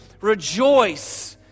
rejoice